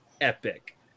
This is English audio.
epic